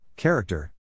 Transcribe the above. Character